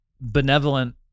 benevolent